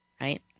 right